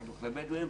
החינוך לבדואים,